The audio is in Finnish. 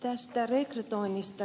tästä rekrytoinnista